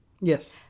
Yes